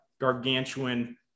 gargantuan